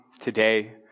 today